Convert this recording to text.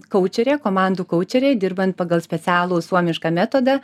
koučerė komandų koučerė dirbant pagal specialų suomišką metodą